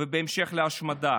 ובהמשך, להשמדה.